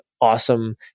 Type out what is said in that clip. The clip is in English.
awesome